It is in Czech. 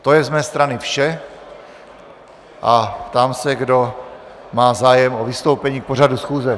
To je z mé strany vše a ptám se, kdo má zájem o vystoupení pořadu schůze.